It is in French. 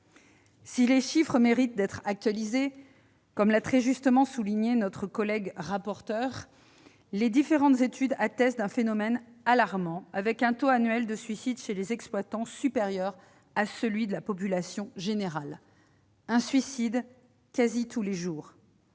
Si les chiffres méritent d'être actualisés, comme l'a très justement souligné notre collègue rapporteur, les différentes études témoignent d'un phénomène alarmant, avec un taux annuel de suicide chez les exploitants qui est supérieur à celui de la population générale. Un suicide quasiment tous les jours-